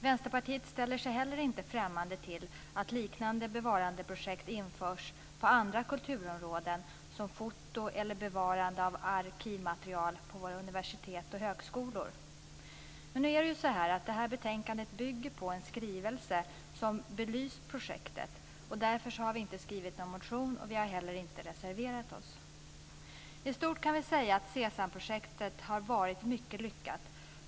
Vänsterpartiet ställer sig heller inte främmande inför att liknande bevarandeprojekt införs på andra kulturområden - när det gäller t.ex. foton eller bevarande av arkivmaterial på våra universitet och högskolor. Men detta betänkande bygger på en skrivelse som belyst projektet, och därför har vi inte skrivit någon motion. Vi har heller inte reserverat oss. I stort kan vi säga att SESAM-projektet har varit mycket lyckat.